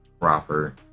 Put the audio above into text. proper